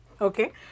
Okay